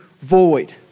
void